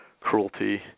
cruelty